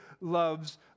loves